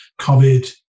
COVID